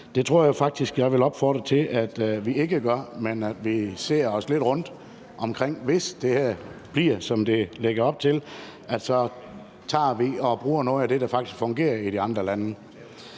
Det tror jeg faktisk jeg vil opfordre til vi ikke gør, men ser os lidt rundt. Hvis det her bliver, som der er lagt op til, tager vi noget af det, der faktisk fungerer i de andre lande.